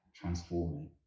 transforming